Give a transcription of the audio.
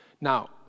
Now